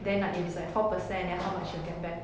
then like if it is like four percent then how much you get back